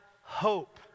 Hope